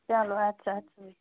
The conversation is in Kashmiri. چلو اَدٕ سا اَدٕ سا